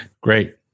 Great